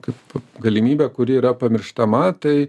kaip galimybę kuri yra pamirštama tai